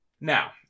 Now